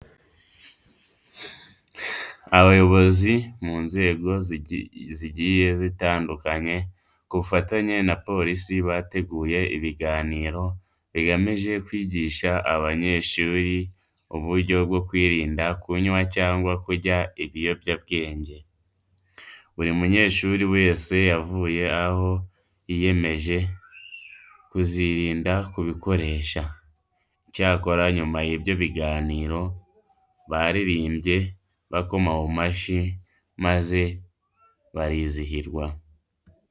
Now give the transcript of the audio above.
Abayobozi mu nzego zigiye zitandukanye ku bufatanye na polisi bateguye ibiganiro bigamije kwigisha abanyeshuri uburyo bwo kwirinda kunywa cyangwa kurya ibiyobyabwenge. Buri munyeshuri wese yavuye aho yiyemeje kuzirinda kubikoresha. Icyakora nyuma y'ibyo biganiro baririmbye, bakoma mu mashyi maze barizihirwa.